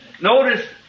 notice